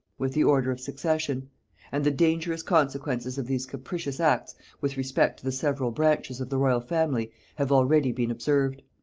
with the order of succession and the dangerous consequences of these capricious acts with respect to the several branches of the royal family have already been observed.